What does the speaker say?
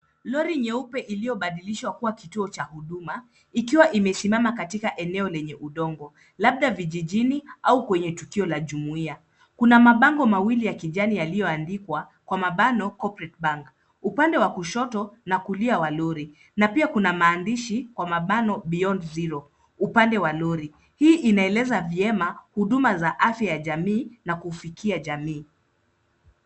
Lori nyeupe iliyobadilishwa kuwa kituo cha huduma, ikiwa imesimama katika eneo lenye udongo, labda vijijini au kwenye tukio la jumuia. Kuna mabango mawili ya kijani yaliyoandikwa kwa mabano cooperate bank , upande wa kushoto na kulia wa lori na pia kuna maandishi kwa mabano beyond zero upande wa lori. Hii inaeleza vyema huduma za afya ya jamii na kufikia jamii.